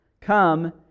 come